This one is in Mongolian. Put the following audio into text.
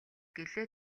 гэлээ